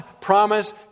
promise